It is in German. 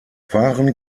waren